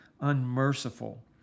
unmerciful